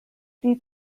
die